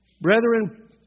Brethren